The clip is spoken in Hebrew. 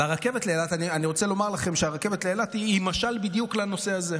אני רוצה לומר לכם שהרכבת לאילת היא משל בדיוק לנושא הזה.